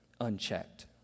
unchecked